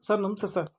sir ನಮಸ್ತೆ sir